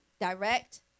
Direct